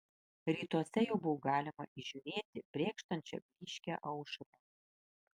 rytuose jau buvo galima įžiūrėti brėkštančią blyškią aušrą